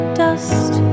dust